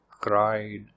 cried